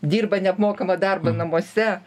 dirba neapmokamą darbą namuose